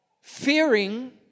fearing